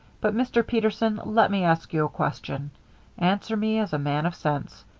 but, mr. peterson, let me ask you a question answer me as a man of sense.